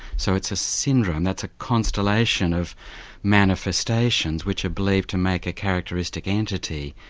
so it's a syndrome, that's a constellation of manifestations which are believed to make a characteristic entity,